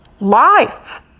life